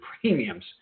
premiums